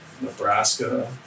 Nebraska